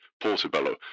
Portobello